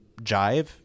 jive